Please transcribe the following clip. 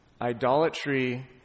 idolatry